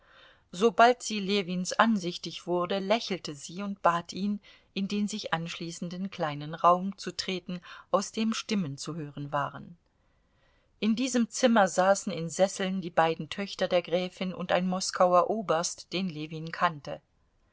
sobald sie ljewins ansichtig wurde lächelte sie und bat ihn in den sich anschließenden kleinen raum zu treten aus dem stimmen zu hören waren in diesem zimmer saßen in sesseln die beiden töchter der gräfin und ein moskauer oberst den ljewin kannte